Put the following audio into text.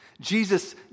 Jesus